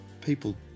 people